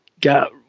got